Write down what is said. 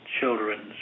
children's